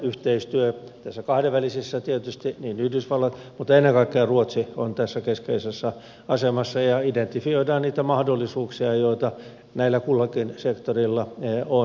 näissä kahdenvälisissä tietysti niin yhdysvallat kuin ennen kaikkea ruotsi on keskeisessä asemassa ja identifioidaan niitä mahdollisuuksia joita näillä kullakin sektorilla on